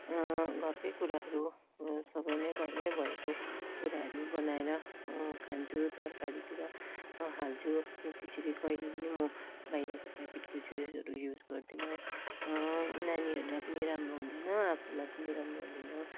घरकै कुराहरू सबै नै घरमै भएको कुराहरू बनाएर खान्छु तरकारीतिर हाल्छु त्यसरी कहिले पनि म बाहिरको प्याकेटको चिजहरू युज गर्दिन नानीहरूलाई पनि राम्रो हुँदैन आफूलाई पनि राम्रो हुँदैन